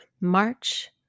March